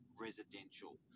residential